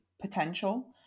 potential